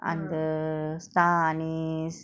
and the star anise